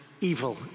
evil